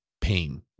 pain